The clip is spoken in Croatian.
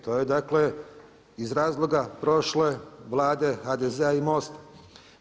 To je, dakle, iz razloga prošle Vlade HDZ-a i MOST-a.